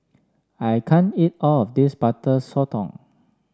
I can't eat all of this Butter Sotong